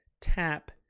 tap